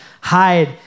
hide